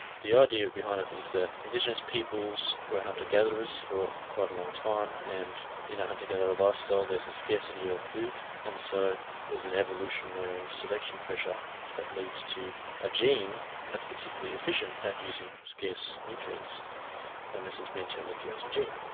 the idea behind it is that indigenous people were hunter gatherers for quite a long time and in a hunter gatherer lifestyle there's a scarcity of food and so there's an evolutionary selection pressure that leads to a gene that's particularly efficient at using scarce nutrients and this has been termed the thrifty gene.